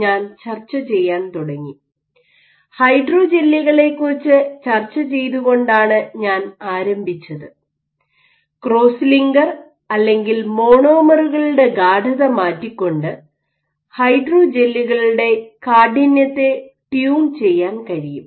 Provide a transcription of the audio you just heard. ഹൈഡ്രോജെല്ലുകളെക്കുറിച്ച് ചർച്ച ചെയ്തുകൊണ്ടാണ് ഞാൻ ആരംഭിച്ചത് ക്രോസ് ലിങ്കർ അല്ലെങ്കിൽ മോണോമറുകളുടെ ഗാഢത മാറ്റിക്കൊണ്ട് ഹൈഡ്രോജെല്ലുകളുടെ കാഠിന്യത്തെ ട്യൂൺ ചെയ്യാൻ കഴിയും